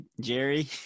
jerry